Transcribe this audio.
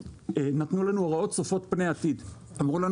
ונתנו לנו הוראות צופות פני עתיד, אמרו לנו